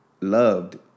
loved